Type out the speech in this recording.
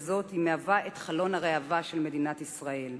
וככזאת היא חלון הראווה של מדינת ישראל.